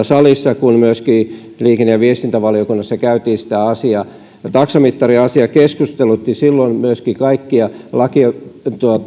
salissa kuin myöskin liikenne ja viestintävaliokunnassa käytiin läpi taksamittariasia keskustelutti jo silloin myöskin kaikkia